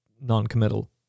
non-committal